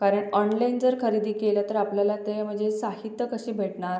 कारण ऑनलाईन जर खरेदी केलं तर आपल्याला ते म्हणजे साहित्य कशी भेटणार